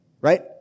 right